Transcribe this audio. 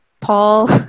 Paul